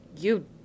You